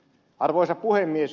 arvoisa puhemies